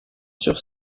sur